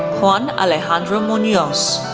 juan alejandro munoz,